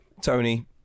Tony